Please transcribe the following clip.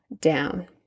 down